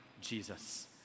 Jesus